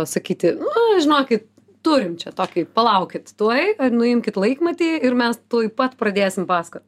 sakyti nu žinokit turim čia tokį palaukit tuoj nuimkit laikmatį ir mes tuoj pat pradėsim pasakot